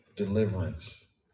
Deliverance